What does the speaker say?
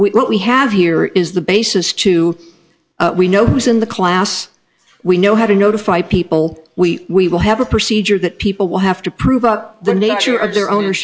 what we have here is the basis to we know who is in the class we know how to notify people we we will have a procedure that people will have to prove out the nature of their owners